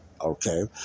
Okay